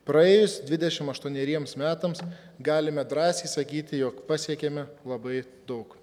praėjus dvidešim aštuoneriems metams galime drąsiai sakyti jog pasiekėme labai daug